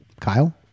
Kyle